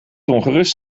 ongerust